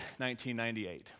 1998